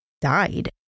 died